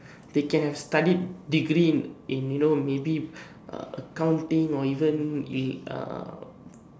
they can have studied degree in in you know maybe uh accounting or maybe even uh